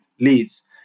leads